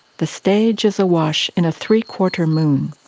the stage is awash in a three-quarter moon.